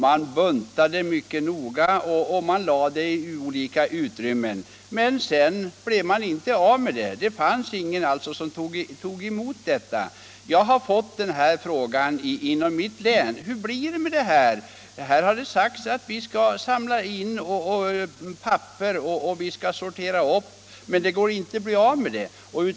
Man buntade mycket noga och man lade det i olika utrymmen, men sedan blev man inte av med papperet. Det fanns ingen som tog emot det. Jag har fått frågan inom mitt län: Hur blir det med pappersinsamlingen? Det har sagts att vi skall samla in papper och sortera upp det, men det går inte att bli av med det.